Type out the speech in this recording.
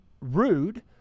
rude